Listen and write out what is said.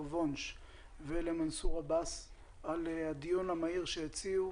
וונש ולמנסור עבאס על הדיון המהיר שהציעו.